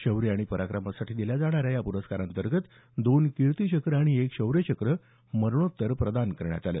शौर्य आणि पराक्रमासाठी दिल्या जाणाऱ्या या प्रस्कारांतर्गत दोन कीर्ती चक्र आणि एक शौर्य चक्र मरणोत्तर प्रदान करण्यात आलं